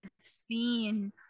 seen